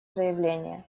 заявление